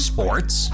Sports